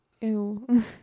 Ew